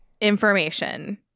information